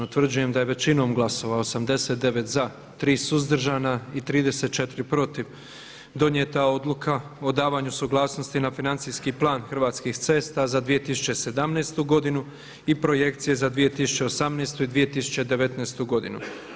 Utvrđujem da je većinom glasova 89 za, 3 suzdržana i 34 protiv donijeta Odluku o davanju suglasnosti na financijski plan Hrvatskih cesta za 2017. godinu i projekcija za 2018. i 2019. godinu.